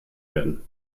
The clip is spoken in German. werden